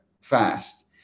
fast